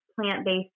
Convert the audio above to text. plant-based